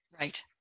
Right